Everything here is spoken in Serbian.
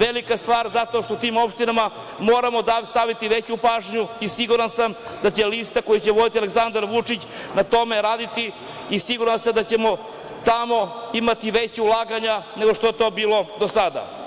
velika stvar, zato što na te opštine moramo obratiti veću pažnju i siguran sam da će lista koju će voditi Aleksandar Vučić na tome raditi i siguran sam da ćemo tamo imati veća ulaganja nego što je to bilo do sada.